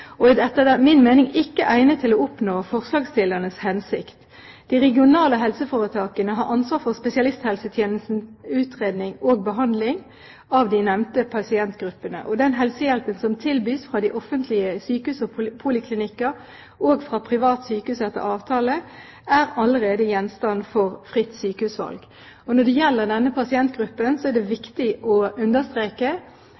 er etter min mening ikke egnet til å oppnå forslagsstillernes hensikt. De regionale helseforetakene har ansvar for spesialisthelsetjenestens utredning og behandling av de nevnte pasientgruppene. Den helsehjelpen som tilbys fra de offentlige sykehus- og poliklinikker og fra private sykehus etter avtale, er allerede gjenstand for fritt sykehusvalg. Når det gjelder denne pasientgruppen, er det